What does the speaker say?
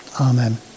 amen